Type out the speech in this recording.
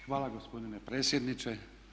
Hvala gospodine predsjedniče.